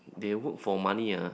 they work for money ah